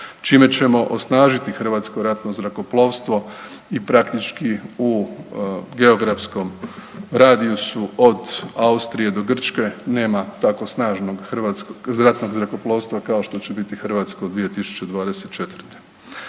čime ćemo osnažiti Hrvatsko ratno zrakoplovstvo i praktički u geografskom radijusu od Austrije do Grčke nema tako snažnog ratnog zrakoplovstva kao što će biti hrvatsko 2024.